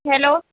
hello